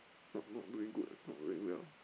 not not doing not doing well